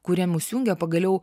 kurie mus jungia pagaliau